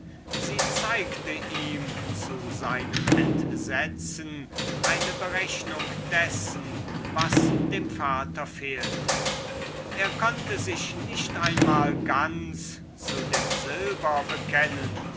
sie zeigte ihm zu seinem entsetzen eine berechnung dessen was dem vater fehlte er konnte sich nicht einmal ganz zu dem silber bekennen